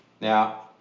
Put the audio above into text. Now